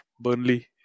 Burnley